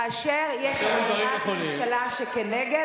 כאשר יש החלטת ממשלה כנגד,